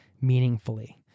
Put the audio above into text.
meaningfully